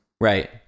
Right